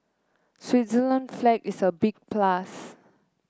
Switzerland flag is a big plus